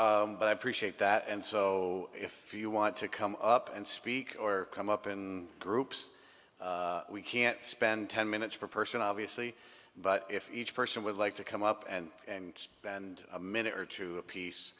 so but i appreciate that and so if you want to come up and speak or come up in groups we can't spend ten minutes per person obviously but if each person would like to come up and and spend a minute or two apiece